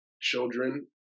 children